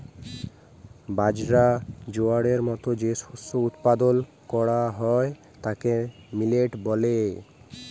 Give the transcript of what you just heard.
বাজরা, জয়ারের মত যে শস্য উৎপাদল ক্যরা হ্যয় তাকে মিলেট ব্যলে